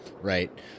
right